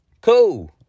Cool